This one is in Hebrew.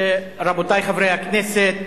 רבותי חברי הכנסת,